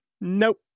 Nope